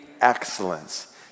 excellence